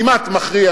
כמעט מכריע,